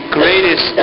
greatest